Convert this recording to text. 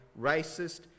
racist